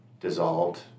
dissolved